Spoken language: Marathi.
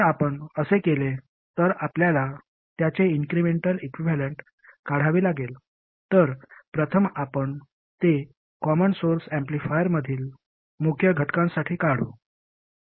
जर आपण असे केले तर आपल्याला त्याचे इन्क्रिमेंटल इक्विव्हॅलेंट काढावे लागेल तर प्रथम आपण ते कॉमन सोर्स ऍम्प्लिफायरमधील मुख्य घटकांसाठी काढू